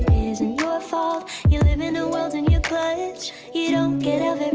isn't your fault you live in a world in your clutch you don't get out um